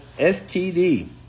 STD